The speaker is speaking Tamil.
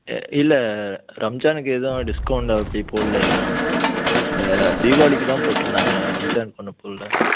இல்லை ரம்ஜானுக்கு எதுவும் டிஸ்கவுண்ட் அப்படி போடல எதுவும் தீபாவளிக்குதான் போட்டிருந்தாங்க ரம்ஜானுக்கு ஒன்றும் போடல